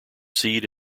seed